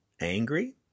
angry